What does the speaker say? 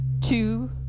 two